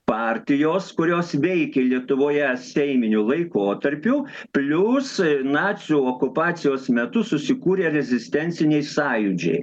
partijos kurios veikė lietuvoje seiminiu laikotarpiu plius nacių okupacijos metu susikūrė rezistenciniai sąjūdžiai